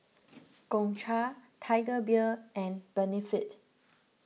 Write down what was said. Gongcha Tiger Beer and Benefit